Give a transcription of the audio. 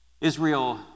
Israel